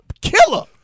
killer